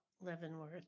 leavenworth